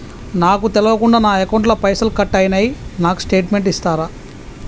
నాకు తెల్వకుండా నా అకౌంట్ ల పైసల్ కట్ అయినై నాకు స్టేటుమెంట్ ఇస్తరా?